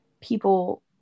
people